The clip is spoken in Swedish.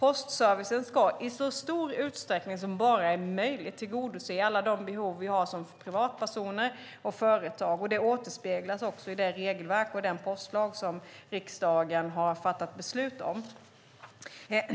Postservicen ska i så stor utsträckning som möjligt tillgodose alla de behov vi har som privatpersoner och företag, och det återspeglas i det regelverk och den postlag som riksdagen har fattat beslut om.